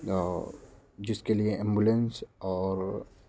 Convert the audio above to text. اور جس کے لیے ایمبولینس اور